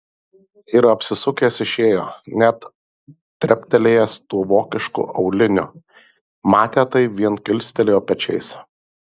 ir apsisukęs išėjo net treptelėjęs tuo vokišku auliniu matę tai vien kilstelėjo pečiais